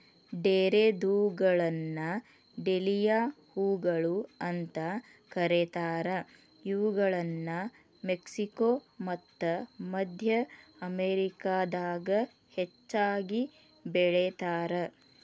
ಡೇರೆದ್ಹೂಗಳನ್ನ dahlia ಹೂಗಳು ಅಂತ ಕರೇತಾರ, ಇವುಗಳನ್ನ ಮೆಕ್ಸಿಕೋ ಮತ್ತ ಮದ್ಯ ಅಮೇರಿಕಾದಾಗ ಹೆಚ್ಚಾಗಿ ಬೆಳೇತಾರ